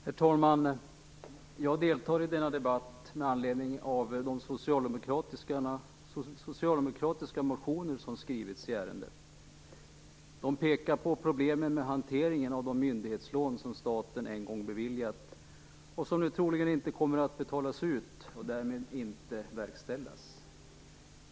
Herr talman! Jag deltar i denna debatt med anledning av de socialdemokratiska motioner som väckts i ärendet. Man pekar där på problemen med hanteringen av de myndighetslån som staten en gång beviljat men som nu troligen inte kommer att betalas ut och därmed inte fullföljas.